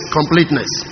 completeness